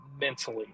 mentally